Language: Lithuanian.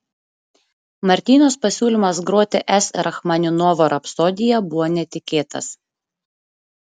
martynos pasiūlymas groti s rachmaninovo rapsodiją buvo netikėtas